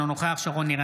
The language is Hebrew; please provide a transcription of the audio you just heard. אינו נוכח שרון ניר,